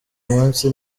munsi